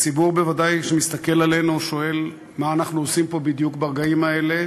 הציבור שמסתכל עלינו בוודאי שואל מה אנחנו עושים פה בדיוק ברגעים האלה.